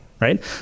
right